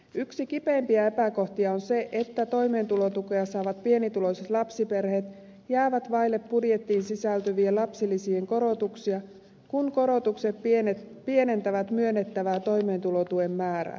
yksi kipeimpiä epäkohtia on se että toimeentulotukea saavat pienituloiset lapsiperheet jäävät vaille budjettiin sisältyvien lapsilisien korotuksia kun korotukset pienentävät myönnettävää toimeentulotuen määrää